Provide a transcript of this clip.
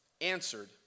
answered